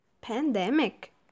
Pandemic